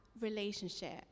relationship